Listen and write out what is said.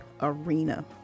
arena